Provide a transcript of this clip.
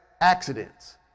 accidents